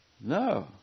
No